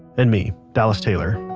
and me, dallas taylor,